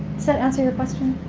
so answer your question?